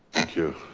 thank you.